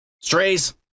Strays